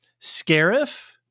Scarif